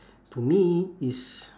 to me it's